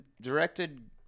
directed